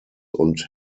und